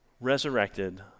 resurrected